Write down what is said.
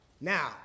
Now